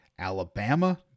Alabama